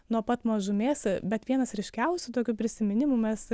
nuo pat mažumės bet vienas ryškiausių tokių prisiminimų mes